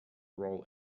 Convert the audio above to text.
role